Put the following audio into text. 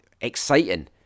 exciting